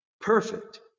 perfect